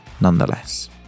nonetheless